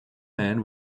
man